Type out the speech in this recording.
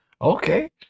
Okay